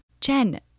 Jen